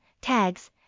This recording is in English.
Tags